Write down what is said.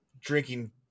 drinking